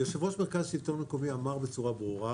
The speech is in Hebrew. יושב-ראש המרכז לשלטון מקומי אמר בצורה ברורה